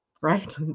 right